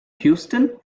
houston